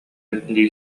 дии